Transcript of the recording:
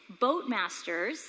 boatmasters